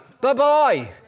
bye-bye